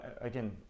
again